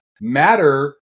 matter